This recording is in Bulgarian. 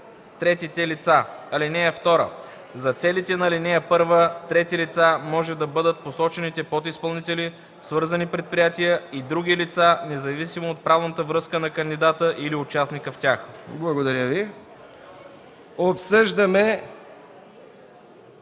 третите лица. (2) За целите на ал. 1 трети лица може да бъдат посочените подизпълнители, свързани предприятия и други лица, независимо от правната връзка на кандидата или участника в тях.” ПРЕДСЕДАТЕЛ